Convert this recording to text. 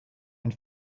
and